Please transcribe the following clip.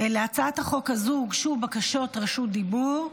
להצעת החוק הזו הוגשו בקשות רשות דיבור.